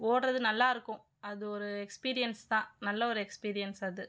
ஓடுறது நல்லா இருக்கும் அது ஒரு எக்ஸ்பீரியன்ஸ் தான் நல்ல ஒரு எக்ஸ்பீரியன்ஸ் அது